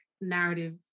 narrative